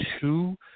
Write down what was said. two